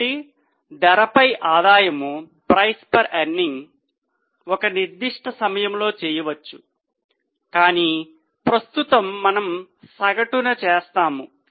కాబట్టి ధరపై ఆదాయం ఒక నిర్దిష్ట సమయంలో చేయవచ్చు కానీ ప్రస్తుతం మనము సగటున చేస్తాము